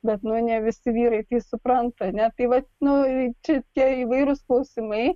bet nu ne visi vyrai tai supranta ne tai vat nu čia tie įvairūs klausimai